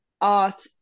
Art